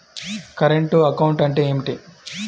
Current account అంటే ఏమిటి?